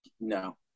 No